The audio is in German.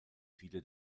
viele